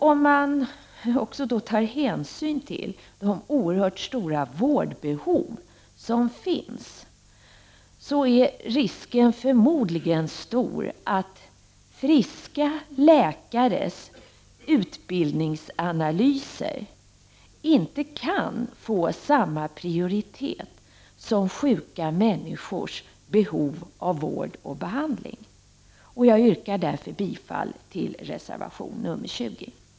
Om man då också tar hänsyn till de oerhört stora vårdbehov som finns, är risken förmodligen stor att friska läkares utbildningsanalyser inte kan få samma prioritet som sjuka människors behov av vård och behandling. Jag yrkar därför bifall till reservation nr 20.